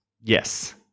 Yes